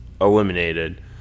eliminated